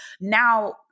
Now